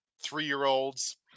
three-year-olds